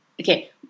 Okay